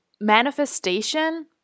Manifestation